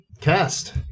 cast